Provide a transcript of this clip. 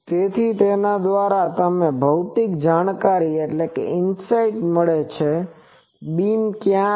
તેથી તેના દ્વારા હવે તમને ભૌતિક જાણકારી મળે છે કે બીમ ક્યાં છે